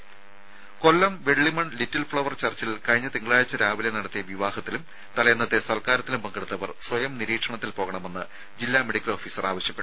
ദേദ Kollam Vellimon little flower ചർച്ചിൽ കഴിഞ്ഞ തിങ്കളാഴ്ച രാവിലെ നടത്തിയ വിവാഹത്തിലും തലേന്നത്തെ സൽക്കാരത്തിലും പങ്കെടുത്തവർ സ്വയം നിരീക്ഷണത്തിൽ പോകണമെന്ന് ജില്ലാ മെഡിക്കൽ ഓഫീസർ ആവശ്യപ്പെട്ടു